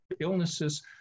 illnesses